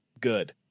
good